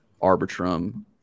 arbitrum